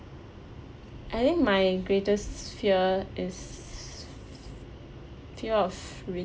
I think my greatest fear is fear of